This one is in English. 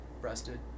breasted